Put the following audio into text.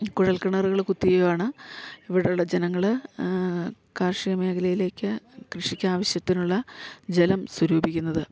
കുഴൽക്കിണറുകൾ കുത്തുകയോ ആണ് ഇവിടെയുള്ള ജനങ്ങൾ കാർഷിക മേഖലയിലേക്ക് കൃഷിക്കാവശ്യത്തിനുള്ള ജലം സ്വരൂപിക്കുന്നത്